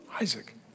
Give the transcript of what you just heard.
Isaac